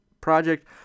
project